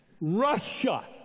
Russia